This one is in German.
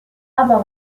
aber